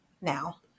now